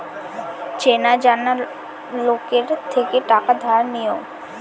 চেনা জানা লোকের থেকে টাকা ধার নিও